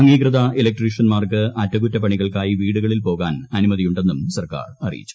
അംഗീകൃത ഇലക്ട്രീഷ്യന്മാർക്ക്അറ്റകുറ്റപ്പണികൾക്കായി വീടുകളിൽ പോകാൻ ആനുമതിയുണ്ടെന്നും സർക്കാർ അറിയിച്ചു